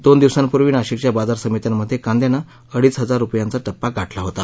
दोन दिवसंपूर्वी नाशिकच्या बाजार समित्यांमध्ये कांद्याने अडीच हजार रुपयांचा टप्पा गाठला होता